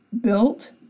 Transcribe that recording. built